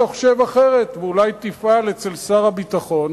אולי אתה חושב אחרת, ואולי תפעל אצל שר הביטחון